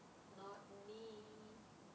not me